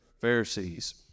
Pharisees